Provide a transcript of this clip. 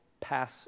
pass